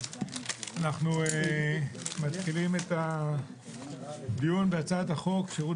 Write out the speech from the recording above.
אנחנו מתחילים את הדיון בהצעת חוק שירות